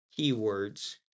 keywords